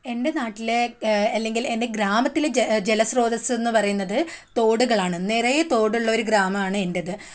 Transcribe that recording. എൻ്റെ നാട്ടിലെ അല്ലെങ്കിൽ എൻറെ ഗ്രാമത്തിലെ ജല ജലസ്രോതസ്സ് എന്ന് പറയുന്നത് തോടുകളാണ് നിറയെ തോടുള്ളൊരു ഗ്രാമമാണ് എൻ്റേത്